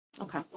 okay